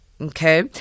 Okay